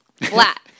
flat